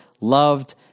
loved